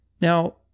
Now